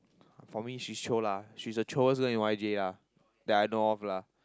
for me she's chio lah she's the chioest girl in Y_J ya that I know of lah